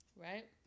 Right